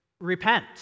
repent